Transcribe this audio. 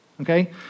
okay